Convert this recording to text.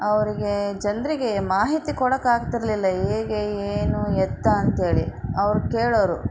ಅವ್ರಿಗೆ ಜನರಿಗೆ ಮಾಹಿತಿ ಕೊಡಕ್ಕಾಗ್ತಿರಲಿಲ್ಲ ಹೇಗೆ ಏನು ಎತ್ತ ಅಂತ ಹೇಳಿ ಅವ್ರು ಕೇಳೋರು